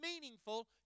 meaningful